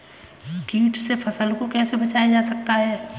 कीटों से फसल को कैसे बचाया जा सकता है?